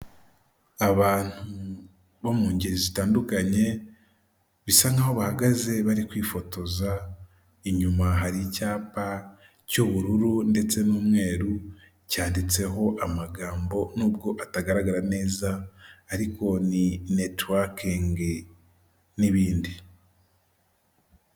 Abantu bo mu ngeri zitandukanye, bisa nk'aho bahagaze bari kwifotoza, inyuma hari icyapa cy'ubururu ndetse n'umweru, cyanditseho amagambo n'ubwo atagaragara neza, ariko ni netiwakingi, n'ibindi.